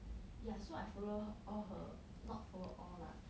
ya so I follow all her not follow all lah